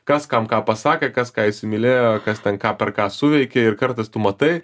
kas kam ką pasakė kas ką įsimylėjo kas ten ką per ką suveikė ir kartais tu matai